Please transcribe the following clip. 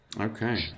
Okay